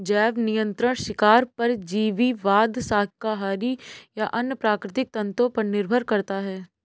जैव नियंत्रण शिकार परजीवीवाद शाकाहारी या अन्य प्राकृतिक तंत्रों पर निर्भर करता है